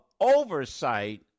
oversight